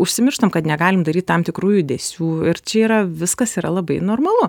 užsimirštam kad negalim daryt tam tikrų judesių ir čia yra viskas yra labai normalu